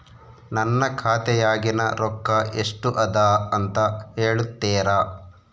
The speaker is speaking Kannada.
ನನ್ನ ಖಾತೆಯಾಗಿನ ರೊಕ್ಕ ಎಷ್ಟು ಅದಾ ಅಂತಾ ಹೇಳುತ್ತೇರಾ?